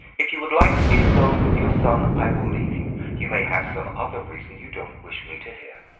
if you would like to be alone with your son, i will leave you. you may have some other reason you don't wish me to hear.